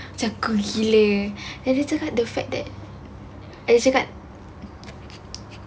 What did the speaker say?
macam cool gila and then dia cakap the fact that dia cakap